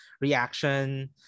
reaction